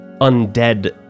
undead